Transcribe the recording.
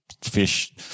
fish